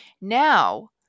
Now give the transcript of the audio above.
Now